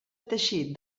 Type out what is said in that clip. teixit